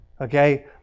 okay